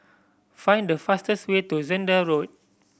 find the fastest way to Zehnder Road